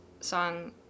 song